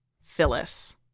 Phyllis